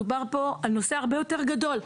מדובר פה על נושא הרבה יותר גדול,